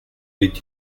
est